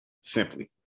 simply